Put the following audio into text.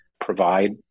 provide